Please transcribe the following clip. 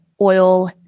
oil